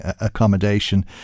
accommodation